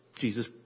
Jesus